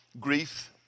grief